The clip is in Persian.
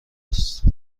است